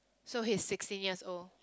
so he's sixteen years old